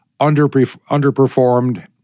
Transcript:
underperformed